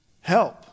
help